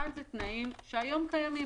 אחד זה תנאים שהיום קיימים.